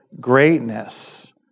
greatness